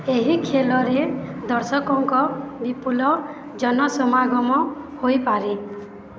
ଏହି ଖେଳରେ ଦର୍ଶକଙ୍କ ବିପୁଳ ଜନସମାଗମ ହୋଇପାରେ